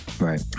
Right